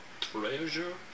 treasure